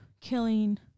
killing